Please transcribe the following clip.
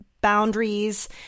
boundaries